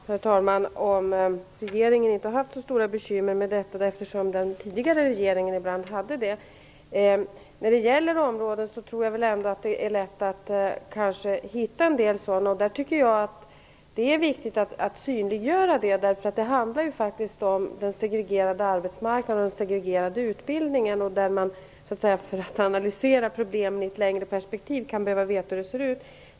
Herr talman! Det är ju bra om regeringen inte har haft så stora bekymmer med detta. Den tidigare regeringen hade ibland det. Jag tror ändå att det är lätt att hitta en del områden. Därför är det viktigt att synliggöra dessa. Det handlar ju faktiskt om den segregerade arbetsmarknaden och den segregerade utbildningen. Man analyserar därför problemen i ett litet längre perspektiv och kan behöva veta hur det ser ut.